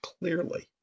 clearly